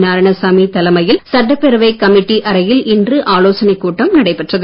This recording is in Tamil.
நாராயணசாமி தலைமையில் சட்டப்பேரவை கமிட்டி அறையில் இன்று ஆலோசனைக் கூட்டம் நடைபெற்றது